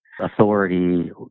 authority